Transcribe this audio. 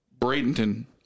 Bradenton